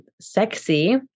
sexy